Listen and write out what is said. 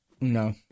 No